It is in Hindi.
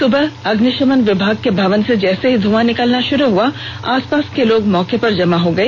सुबह में अग्निशमन विभाग के भवन से जैसे ही ध्रआं निकलना शुरू हुआ आसपास के लोग मौके पर जमा हो गए